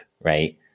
right